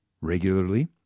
regularly